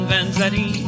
Vanzetti